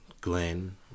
Glenn